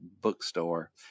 bookstore